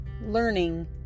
Learning